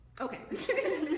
Okay